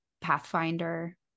pathfinder